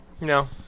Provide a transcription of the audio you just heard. No